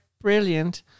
Brilliant